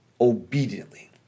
obediently